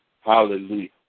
Hallelujah